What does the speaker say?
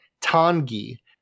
Tangi